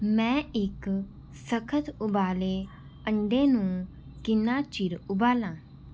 ਮੈਂ ਇੱਕ ਸਖ਼ਤ ਉਬਾਲੇ ਅੰਡੇ ਨੂੰ ਕਿੰਨਾ ਚਿਰ ਉਬਾਲਾਂ